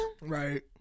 Right